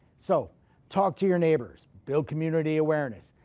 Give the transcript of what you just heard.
so talk to your neighbors, build community awareness,